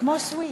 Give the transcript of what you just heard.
כמו sweet.